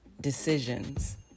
decisions